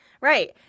right